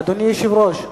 אדוני היושב-ראש,